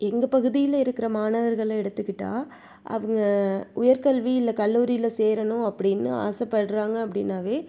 எங்கள் பகுதியில இருக்கிற மாணவர்களை எடுத்துக்கிட்டால் அவங்க உயர்க்கல்வி இல்லை கல்லூரியில சேரணும் அப்படின்னு ஆசைப்படுறாங்க அப்படினாவே